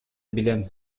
билем